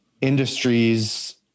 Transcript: industries